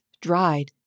dried